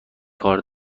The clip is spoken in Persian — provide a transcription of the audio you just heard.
کار